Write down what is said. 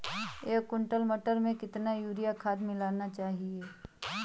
एक कुंटल मटर में कितना यूरिया खाद मिलाना चाहिए?